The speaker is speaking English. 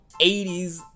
80s